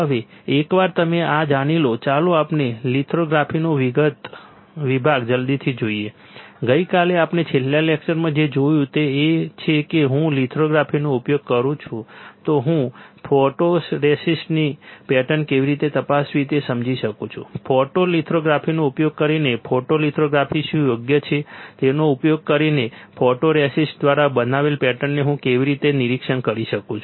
હવે એકવાર તમે આ જાણી લો ચાલો આપણે લિથોગ્રાફીનો વિભાગ જલ્દીથી જોઈએ ગઈકાલે આપણે છેલ્લા લેક્ચરમાં જે જોયું તે એક છે કે જો હું લિથોગ્રાફીનો ઉપયોગ કરું તો હું ફોટોરેસિસ્ટની પેટર્ન કેવી રીતે તપાસવી તે સમજી શકું છું ફોટોલિથગ્રાફીનો ઉપયોગ કરીને ફોટોલિથગ્રાફી શું યોગ્ય છે તેનો ઉપયોગ કરીને ફોટોરેસિસ્ટ દ્વારા બનાવેલ પેટર્નને હું કેવી રીતે નિરીક્ષણ કરી શકું છું